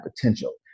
potential